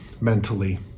mentally